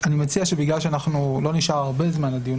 בגלל שלא נשאר הרבה זמן לדיון,